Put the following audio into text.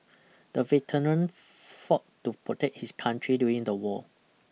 the veteran fought to protect his country during the war